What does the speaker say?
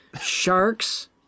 Sharks